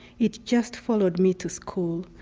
it just followed me to school,